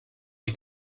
die